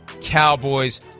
Cowboys